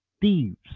thieves